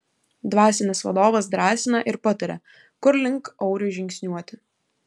dvasinis vadovas drąsina ir pataria kur link auriui žingsniuoti